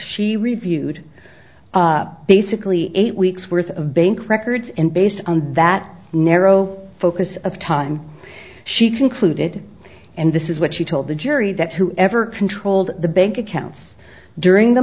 she reviewed basically eight weeks worth of bank records and based on that narrow focus of time she concluded and this is what she told the jury that whoever controlled the bank accounts during the